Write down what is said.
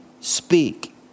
Speak